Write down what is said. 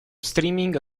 streaming